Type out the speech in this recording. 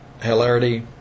hilarity